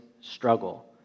struggle